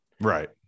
right